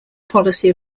policy